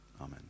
Amen